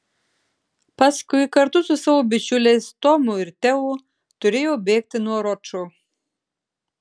paskui kartu su savo bičiuliais tomu ir teo turėjo bėgti nuo ročo